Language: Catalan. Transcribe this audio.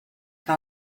que